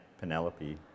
Penelope